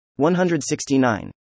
169